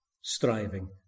Striving